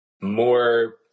more